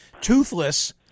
toothless